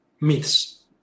myths